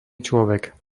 človek